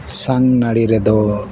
ᱥᱟᱝ ᱱᱟᱹᱲᱤ ᱨᱮᱫᱚ